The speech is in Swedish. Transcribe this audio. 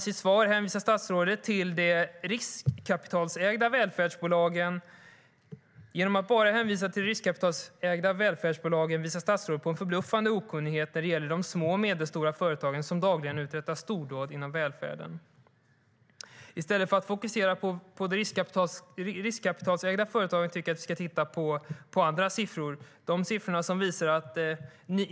I sitt svar hänvisar statsrådet endast till de riskkapitalägda välfärdsbolagen. Därigenom visar statsrådet på en förbluffande okunnighet när det gäller de små och medelstora företag som dagligen uträttar stordåd inom välfärden. I stället för att fokusera på de riskkapitalägda företagen tycker jag att vi ska titta på andra siffror.